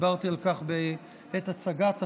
דיברתי על כך בעת הצגת החוק.